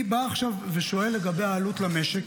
אני בא עכשיו ושואל לגבי העלות למשק,